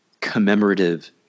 commemorative